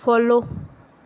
follow follow